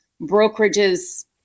brokerages